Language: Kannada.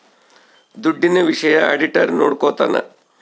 ದುಡ್ಡಿನ ವಿಷಯ ಆಡಿಟರ್ ನೋಡ್ಕೊತನ